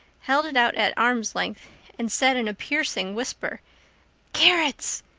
held it out at arm's length and said in a piercing whisper carrots!